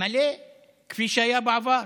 מלא כפי שהיה בעבר,